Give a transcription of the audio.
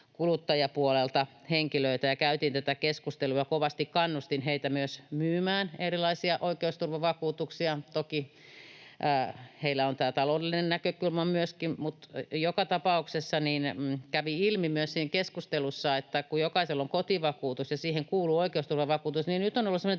kuluttajapuolelta henkilöitä ja käytiin tätä keskustelua. Kovasti kannustin heitä myös myymään erilaisia oikeusturvavakuutuksia. Toki heillä on tämä taloudellinen näkökulma myöskin, mutta joka tapauksessa kävi ilmi myös siinä keskustelussa, että kun jokaisella on kotivakuutus ja siihen kuuluu oikeusturvavakuutus, niin nyt on ollut semmoinen